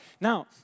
Now